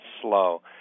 slow